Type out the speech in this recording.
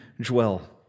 dwell